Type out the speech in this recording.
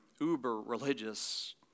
uber-religious